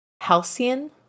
halcyon